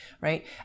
right